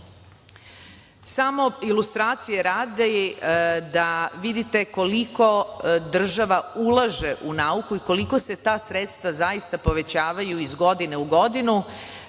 ilustracije radi da vidite koliko država ulaže u nauku i koliko se ta sredstva zaista povećavaju iz godine u godinu,